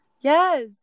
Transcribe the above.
Yes